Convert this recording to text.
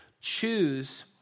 choose